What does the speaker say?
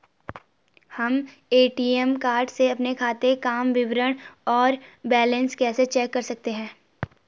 हम ATM card से अपने खाते काम विवरण और बैलेंस कैसे चेक कर सकते हैं?